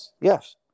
Yes